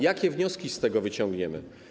Jakie wnioski z tego wyciągniemy?